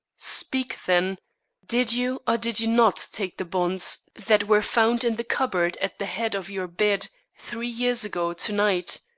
speak, then did you or did you not take the bonds that were found in the cupboard at the head of your bed three years ago to-night?